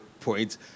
point